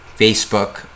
Facebook